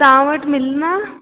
तव्हां वटि मिलंदा